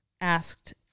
asked